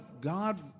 God